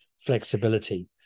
flexibility